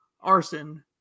arson